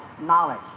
knowledge